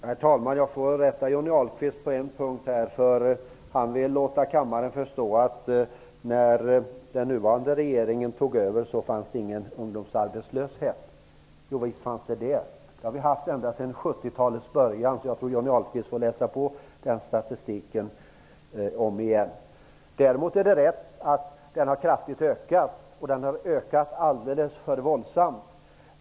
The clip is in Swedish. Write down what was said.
Herr talman! Jag får rätta Johnny Ahlqvist på en punkt. Han vill låta kammaren förstå att det, när nuvarande regering tog över, inte fanns någon ungdomsarbetslöshet. Men visst fanns det det. Det har vi haft sedan 70-talets början, så jag tror att Johnny Ahlqvist får läsa på den statistiken om igen. Däremot är det riktigt att den har ökat kraftigt. Den har ökat alldeles för våldsamt.